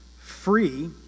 free